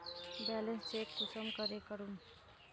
Balance check कुंसम करे करूम?